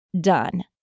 done